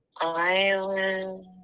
Island